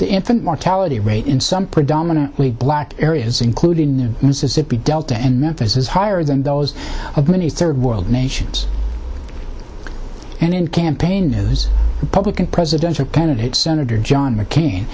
the infant mortality rate in some predominantly black areas including new mississippi delta and memphis is higher than those of many third world nations and in campaign news public and presidential candidate senator john mccain